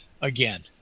again